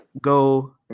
go